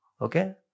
Okay